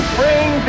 bring